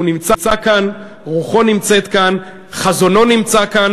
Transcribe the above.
הוא נמצא כאן, רוחו נמצאת כאן, חזונו נמצא כאן.